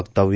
वक्तव्य